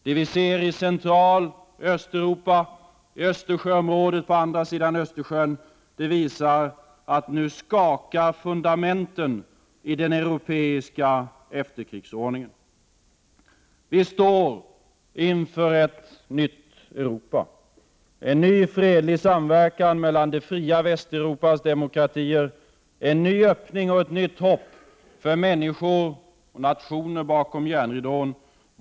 Det vi ser i Centraloch Östeuropa, i Östersjöområdet på andra sidan Östersjön, visar att fundamenten för den europeiska efterkrigsordningen nu skakar. Vi står inför ett nytt Europa, en ny fredlig samverkan mellan det fria Västeuropas demokratier, en ny öppning och ett nytt hopp för människor och nationer bakom järnridån.